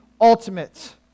ultimate